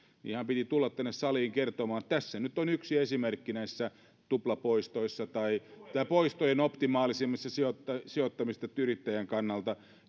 ihan piti tulla tänne saliin kertomaan että tässä nyt on yksi esimerkki näissä tuplapoistoissa tai poistojen optimaalisemmassa sijoittamisessa yrittäjän kannalta